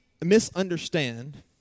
misunderstand